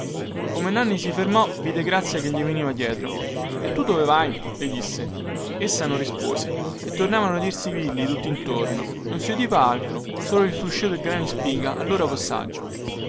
come nanni si fermò vide grazia che gli veniva dietro e tu dove vai le disse essa non rispose e tornarono a udirsi i grilli tuttintorno non si udiva altro solo il fruscío del grano in spiga al loro passaggio